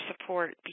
support